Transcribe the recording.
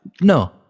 No